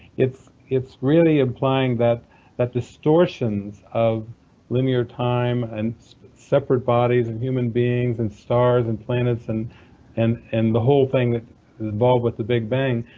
it's it's really implying that that distortions of linear time and separate bodies and human beings, and stars and planets and and the whole thing that evolved with the big bang,